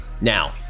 Now